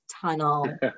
tunnel